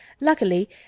Luckily